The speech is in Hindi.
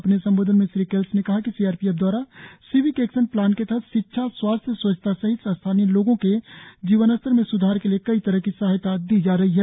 अपने संबोधन में श्री केल्स ने कहा कि सी आर पी एफ द्वारा सिविक एक्शन प्लान के तहत शिक्षा स्वास्थ्य स्वच्छता सहित स्थानीय लोगों के जीवन स्तर में सुधार के लिए कई तरह की सहायता दी जा रही है